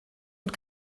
und